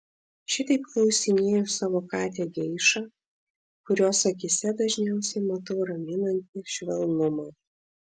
šitaip klausinėju savo katę geišą kurios akyse dažniausiai matau raminantį švelnumą